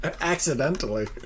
accidentally